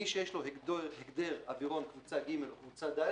מי שיש לו הגדר אווירון קבוצה ג' או קבוצה ד'